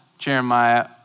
Jeremiah